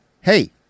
hey